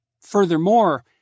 Furthermore